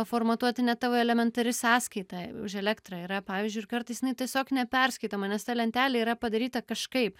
formatuoti net tavo elementari sąskaita už elektrą yra pavyzdžiui ir kartais jinai tiesiog neperskaitoma nes ta lentelė yra padaryta kažkaip